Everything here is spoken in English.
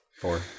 four